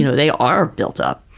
you know they are built up.